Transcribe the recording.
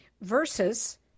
versus